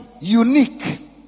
Unique